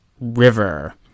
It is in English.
river